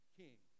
king